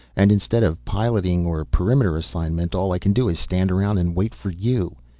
and instead of piloting or perimeter assignment all i can do is stand around and wait for you.